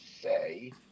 say